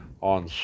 on